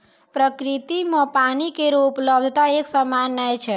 प्रकृति म पानी केरो उपलब्धता एकसमान नै छै